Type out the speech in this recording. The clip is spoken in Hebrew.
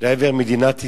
לעבר מדינת ישראל,